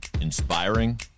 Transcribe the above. Inspiring